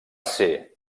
ser